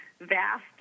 vast